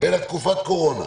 אלא תקופת קורונה.